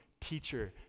teacher